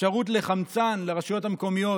אפשרות לחמצן לרשויות המקומיות,